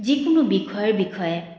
যিকোনো বিষয়ৰ বিষয়ে